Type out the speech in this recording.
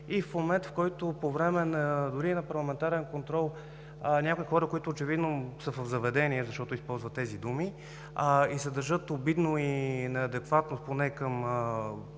И в момент, в който по време дори и на парламентарен контрол някои хора, които очевидно са в заведение, защото използват тези думи и се държат обидно и неадекватно поне към